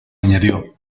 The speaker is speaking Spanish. añadió